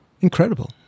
incredible